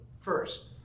first